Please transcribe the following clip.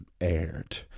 aired